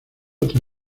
otra